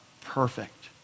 perfect